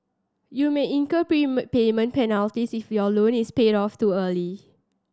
you may incur prepay prepayment penalties if your loan is paid off too early